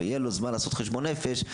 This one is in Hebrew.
ויהיה לו זמן לעשות חשבון נפש,